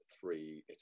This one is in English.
three